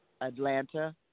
Atlanta